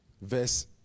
Verse